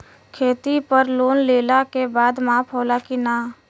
खेती पर लोन लेला के बाद माफ़ होला की ना?